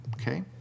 Okay